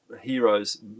heroes